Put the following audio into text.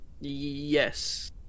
Yes